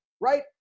right